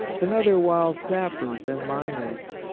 another while sappers and miners,